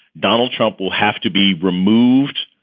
donald trump will have to be removed.